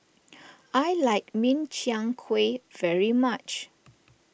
I like Min Chiang Kueh very much